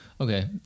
Okay